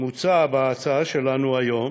מוצע בהצעה שלנו היום